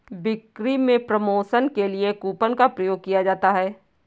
बिक्री में प्रमोशन के लिए कूपन का प्रयोग किया जाता है